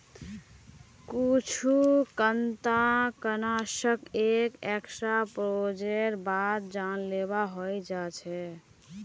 कुछु कृंतकनाशक एक एक्सपोजरेर बाद जानलेवा हय जा छ